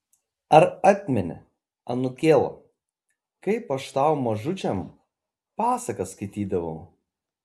ar atmeni anūkėl kaip aš tau mažučiam pasakas skaitydavau